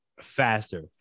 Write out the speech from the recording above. faster